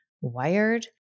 wired